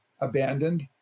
abandoned